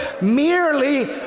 merely